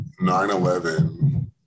9-11